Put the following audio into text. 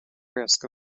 risk